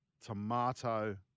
tomato